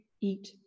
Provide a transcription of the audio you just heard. eat